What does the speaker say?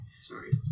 Sorry